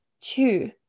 Two